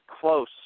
close